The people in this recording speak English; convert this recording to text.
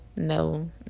No